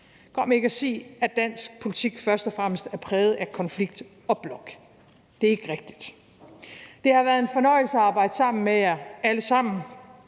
Kom ikke og sig, at dansk politik først og fremmest er præget af konflikt og blok. Det er ikke rigtigt. Det har været en fornøjelse at arbejde sammen med jer alle sammen,